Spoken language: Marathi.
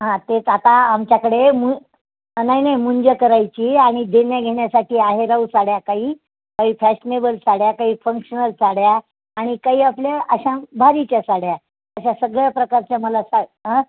हां तेच आता आमच्याकडे मु नाही नाही मुंज करायची आणि देण्या घेण्यासाठी आहेराच्या साड्या काही काही फॅशनेबल साड्या काही फंक्शनल साड्या आणि काही आपल्या अशा भारीच्या साड्या अशा सगळ्या प्रकारच्या मला सा आ